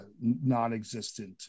non-existent